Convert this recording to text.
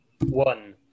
One